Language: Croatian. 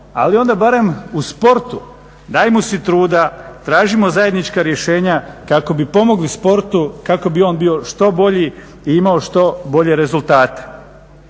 Ali onda barem u sportu dajmo si truda, tražimo zajednička rješenja kako bi pomogli sportu kako bi on bio što bolji i imao što bolje rezultate.